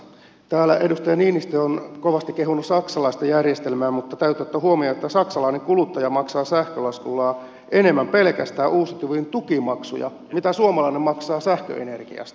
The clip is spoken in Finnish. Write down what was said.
täällä edustaja niinistö on kovasti kehunut saksalaista järjestelmää mutta täytyy ottaa huomioon että saksalainen kuluttaja maksaa sähkölaskullaan pelkästään uusiutuvien tukimaksuja enemmän kuin suomalainen maksaa sähköenergiasta